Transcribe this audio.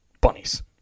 bunnies